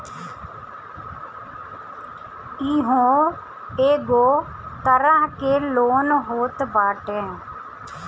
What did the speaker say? इहो एगो तरह के लोन होत बाटे